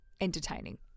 entertaining